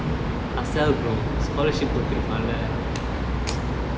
LASALLE bro scholarship குடுதுருப்பான்ல:kuduthruppaanle